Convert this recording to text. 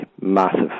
massive